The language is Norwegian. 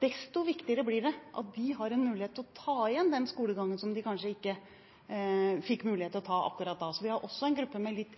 Desto viktigere blir det at de har en mulighet til å ta igjen den skolegangen som de kanskje ikke fikk mulighet til akkurat da. Så vi har også en gruppe med litt